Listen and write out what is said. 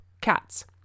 cats